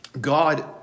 God